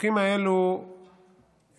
הפסוקים האלה חשובים,